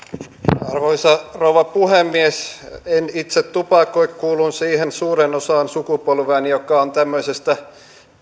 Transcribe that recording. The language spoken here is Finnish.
arvoisa rouva puhemies en itse tupakoi kuulun siihen suureen osaan sukupolveani joka on tämmöisestä